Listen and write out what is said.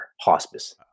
hospice